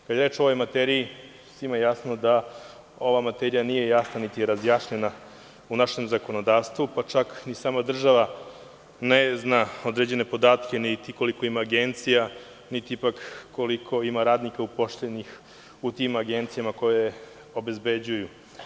Kada je reč o ovoj materija, svima je jasno da ova materija nije jasna, niti je razjašnjena u našem zakonodavstvu, pa čak ni sama država ne zna određene podatke, niti koliko ima agencija, niti koliko ima radnika uposlenih u tim agencijama koje obezbeđuju.